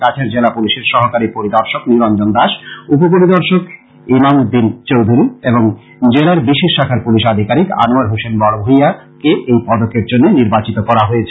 কাছাড় জেলা পুলিশের সহকারী পরিদর্শক নিরঞ্জন দাস উপ পরিদর্শক ইমাম উদ্দিন চৌধুরী এবং জেলার বিশেষ শাখার পুলিশ আধিকারিক আনোয়ার হোসেন বড়ভূইয়াকে এই পদেকর জন্য নির্বাচিত করা হয়েছে